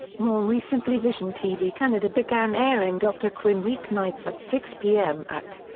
more recently vision tv canada began airing dr quinn week nights at six pm at.